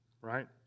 right